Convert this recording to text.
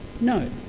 No